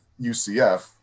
UCF